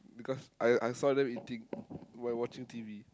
because I I saw them eating while watching T_V